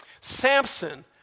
Samson